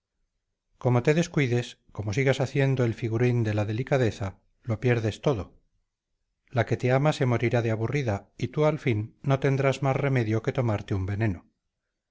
como te descuides como sigas aciendo el figurín de la delicadeza lo pierdes todo la que te ama se morirá de aburrida y tú al fin no tendrás más remedio que tomarte un veneno